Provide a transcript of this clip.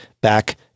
back